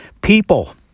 people